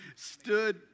stood